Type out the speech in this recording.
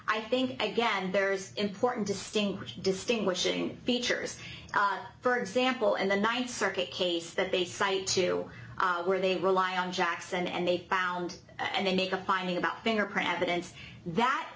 i think again there's important distinction distinguishing features for example and the th circuit case that they cite to where they rely on jackson and they found and they make a finding about fingerprint evidence that